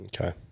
Okay